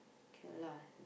kay lah